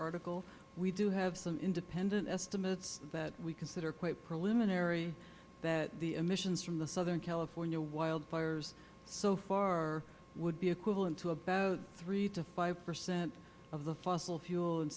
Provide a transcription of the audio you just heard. article we do have some independent estimates that we consider quite preliminary that the emissions from the southern california wildfires so far would be equivalent to about three to five percent of the fossil fuel and